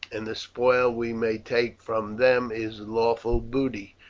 and the spoil we may take from them is lawful booty,